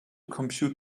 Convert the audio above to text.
compute